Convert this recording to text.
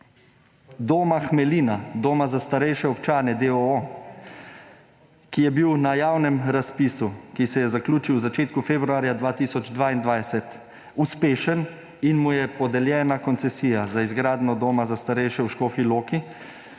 Doma Hmelina, doma za starejše občane, d. o. o., ki je bil na javnem razpisu, ki se je zaključil v začetku februarja 2022, uspešen in mu je podeljena koncesija za izgradnjo doma na starejše v Škofji Loki,